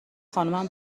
خانمم